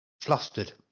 flustered